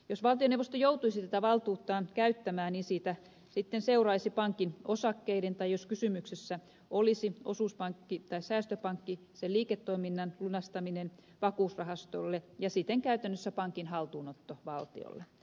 jos valtioneuvosto joutuisi tätä valtuuttaan käyttämään siitä sitten seuraisi pankin osakkeiden tai jos kysymyksessä olisi osuuspankki tai säästöpankki liiketoiminnan lunastaminen vakuusrahastolle ja siten käytännössä pankin haltuunotto valtiolle